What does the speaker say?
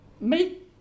meet